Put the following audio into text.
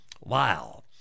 wow